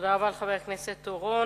תודה רבה לחבר הכנסת אורון.